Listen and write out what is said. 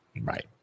Right